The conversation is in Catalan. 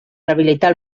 rehabilitar